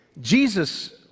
Jesus